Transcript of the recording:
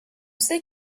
sait